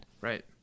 Right